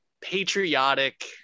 patriotic